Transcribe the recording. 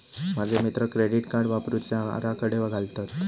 माझे मित्र credit card वापरुचे आराखडे घालतत